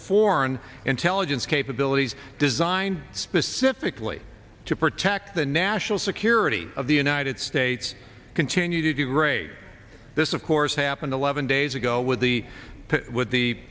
foreign intelligence capabilities designed specifically to protect the national security of the united states continue to do great this of course happened eleven days ago with the